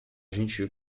gentil